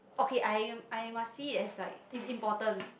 okay I am I am a see is like is important